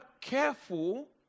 careful